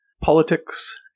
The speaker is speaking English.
politics